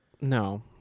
no